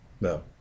No